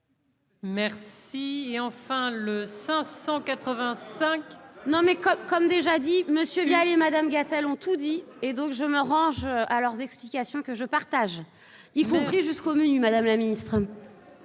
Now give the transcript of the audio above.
Merci, et enfin le 585. Non mais comme comme déjà dit monsieur Madame Gatel ont tout dit et donc je me range à leurs explications que je partage il faut pris jusqu'au menu, Madame la Ministre.